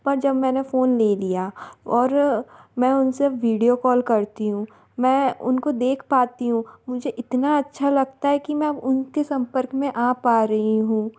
पर जब मैंने फ़ोन ले लिया और मैं उन से वीडियो कॉल करती हूँ मैं उनको देख पाती हूँ मुझे इतना अच्छा लकता है कि मैं उनके संपर्क में आ पा रही हूँ